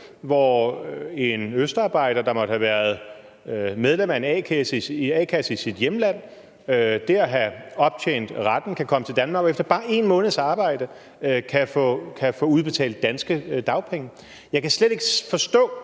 hvor en østarbejder, der måtte have været medlem af en a-kasse i sit hjemland og der have optjent retten, kan komme til Danmark og efter bare 1 måneds arbejde få udbetalt danske dagpenge. Jeg kan slet ikke forstå,